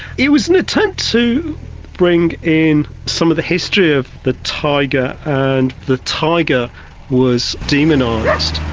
it was an attempt to bring in some of the history of the tiger, and the tiger was demonised.